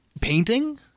painting